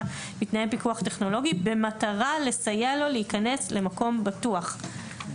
בתנאי פיקוח טכנולוגי במטרה לסייע לו להיכנס למקום בטוח,